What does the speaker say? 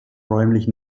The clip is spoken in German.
räumlich